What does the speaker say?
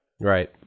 Right